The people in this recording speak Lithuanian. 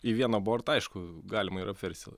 į vieną bortą aišku galima ir apversiti